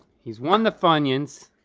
he's won the funyuns.